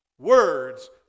Words